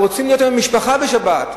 הם רוצים להיות עם המשפחה בשבת.